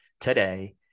today